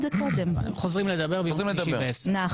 זה לקוח מניסוח שהיה קיים גם בכנסת ה-24.